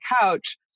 couch